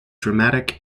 dramatic